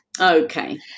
okay